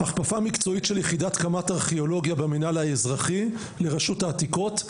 הכפפה מקצועית של יחידת קמ"ט ארכיאולוגיה במינהל האזרחי לרשות העתיקות,